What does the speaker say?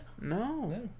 No